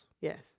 Yes